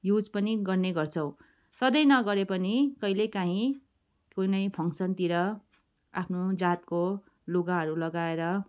use पनि गर्ने गर्छौँ सधैँ नगरे पनि कहिले कहीँ कुनै फङ्सनतिर आफ्नो जातको लुगाहरू लगाएर